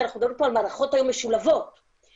אנחנו מדברים פה על מערכות משולבות היום,